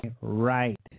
right